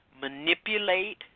manipulate